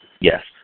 Yes